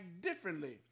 differently